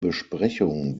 besprechung